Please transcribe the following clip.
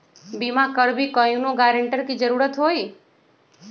बिमा करबी कैउनो गारंटर की जरूरत होई?